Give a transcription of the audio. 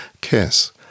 Kiss